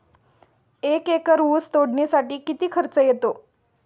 एक एकर ऊस तोडणीसाठी किती खर्च येतो?